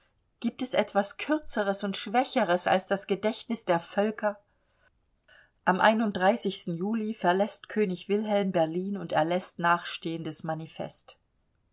gibt es etwas kürzeres und schwächeres als das gedächtnis der völker am juli verläßt könig wilhelm berlin und erläßt nachstehendes manifest